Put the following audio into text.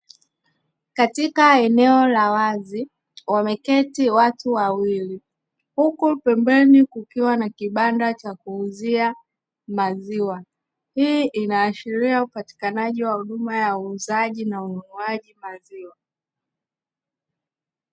Katika eneo la wazi wameketi watu wawili, huku pembeni kukiwa na kibanda cha kuuzia maziwa. Hii inaashiria upatikanaji wa huduma ya uuzaji na ununuaji maziwa.